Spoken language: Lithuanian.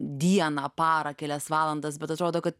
dieną parą kelias valandas bet atrodo kad